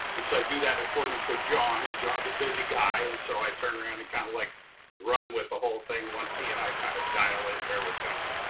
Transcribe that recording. and so i do that in accordance with john. and john's a busy guy, and so i turn around and kind of like run with the whole thing once he and i kind of dial in where we're going.